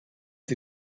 sie